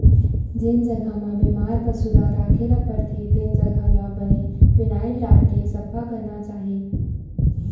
जेन जघा म बेमार पसु ल राखे ल परथे तेन जघा ल बने फिनाइल डारके सफा करना चाही